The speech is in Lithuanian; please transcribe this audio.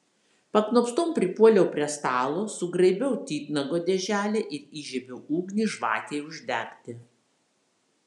paknopstom pripuoliau prie stalo sugraibiau titnago dėželę ir įžiebiau ugnį žvakei uždegti